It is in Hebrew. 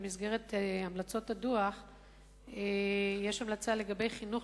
במסגרת המלצות הדוח יש המלצה לגבי חינוך